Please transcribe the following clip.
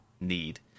need